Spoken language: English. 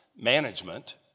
management